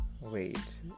wait